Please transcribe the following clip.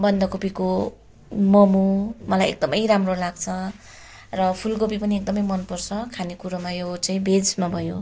बन्दकोपीको मम मलाई एकदमै राम्रो र फुलकोपी पनि एकदमै मन पर्छ खाने कुरोमा यो चाहिँ भेजमा भयो